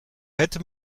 hätte